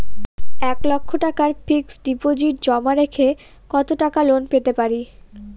এক লক্ষ টাকার ফিক্সড ডিপোজিট জমা রেখে কত টাকা লোন পেতে পারি?